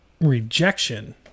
rejection